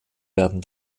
werden